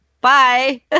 bye